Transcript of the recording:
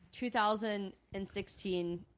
2016